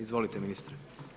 Izvolite ministre.